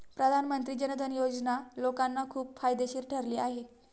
प्रधानमंत्री जन धन योजना लोकांना खूप फायदेशीर ठरली आहे